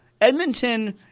Edmonton